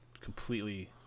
completely